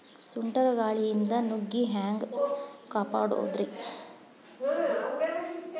ಸುಂಟರ್ ಗಾಳಿಯಿಂದ ನುಗ್ಗಿ ಹ್ಯಾಂಗ ಕಾಪಡೊದ್ರೇ?